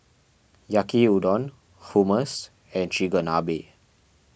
Yaki Udon Hummus and Chigenabe